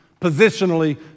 Positionally